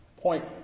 point